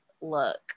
look